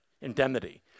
Indemnity